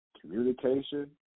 communication